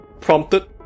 prompted